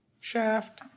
shaft